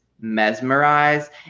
Mesmerize